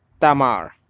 Tamar